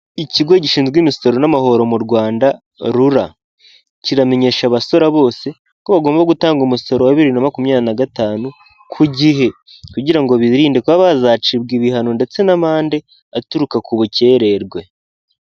Ikigo gishinzwe imisoro n'amahoro mu Rwanda RURA, kiramenyesha abasora bose, ko bagomba gutanga umusasoro wa bibiri na makumyabiri nagatanu ku gihe. Kugira ngo birinde kuba bazacibwa ibihano ndetse n'amande, aturuka ku bukererwe.